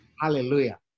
Hallelujah